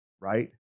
right